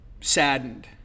saddened